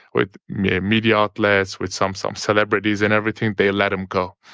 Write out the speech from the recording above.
with media media outlets, with some some celebrities and everything, they let him go.